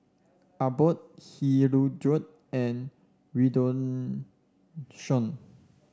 Abbott Hirudoid and Redoxon